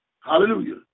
Hallelujah